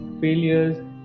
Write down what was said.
failures